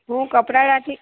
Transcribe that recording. હું કપરાણાંથી